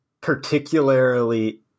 particularly